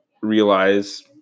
realize